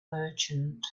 merchant